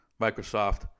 Microsoft